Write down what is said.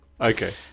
Okay